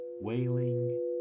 wailing